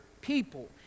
people